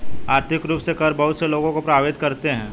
आर्थिक रूप से कर बहुत से लोगों को प्राभावित करते हैं